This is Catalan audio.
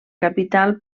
capital